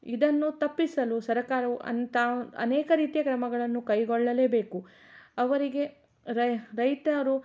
ಇದನ್ನು ತಪ್ಪಿಸಲು ಸರಕಾರವು ಅಂಥ ಅನೇಕ ರೀತಿಯ ಕ್ರಮಗಳನ್ನು ಕೈಗೊಳ್ಳಲೇಬೇಕು ಅವರಿಗೆ ರೈತರು